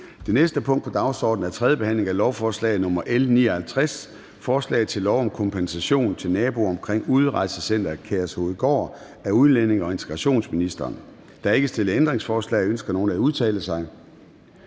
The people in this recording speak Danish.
Det næste punkt på dagsordenen er: 8) 3. behandling af lovforslag nr. L 59: Forslag til lov om kompensation til naboer omkring Udrejsecenter Kærshovedgård. Af udlændinge- og integrationsministeren (Kaare Dybvad Bek). (Fremsættelse